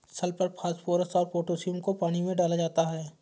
sulphur phosphorus और potassium को पानी में डाला जाता है